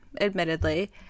admittedly